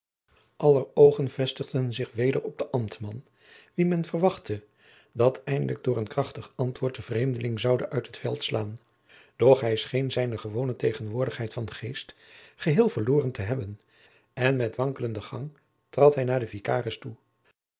aller oogen vestigden zich weder op den ambtman wien men verwachtte dat eindelijk door een krachtig antwoord den vreemdeling zoude uit het veld slaan doch hij scheen zijne gewone tegenwoordigheid van geest geheel verloren te hebben en met wankelenden gang trad hij naar den vikaris toe